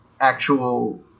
actual